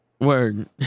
Word